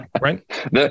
Right